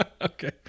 Okay